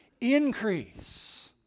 increase